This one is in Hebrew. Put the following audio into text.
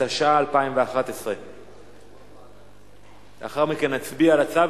התשע"א 2011. לאחר מכן נצביע על הצו,